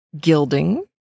Gilding